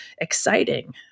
exciting